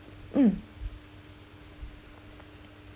mm